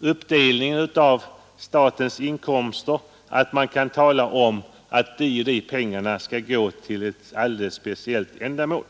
uppdelningen av statens inkomster att man kan tala om att de och de pengarna skall gå till ett alldeles speciellt ändamål.